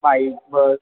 bike bus